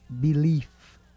belief